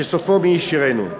שסופו מי ישורנו.